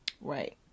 right